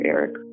Eric